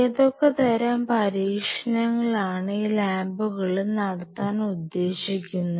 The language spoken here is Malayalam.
ഏതൊക്കെ തരം പരീക്ഷണങ്ങളാണ് ഈ ലാബുകളിൽ നടത്താൻ ഉദ്ദേശിക്കുന്നത്